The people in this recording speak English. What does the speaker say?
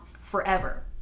forever